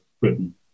Britain